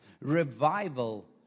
Revival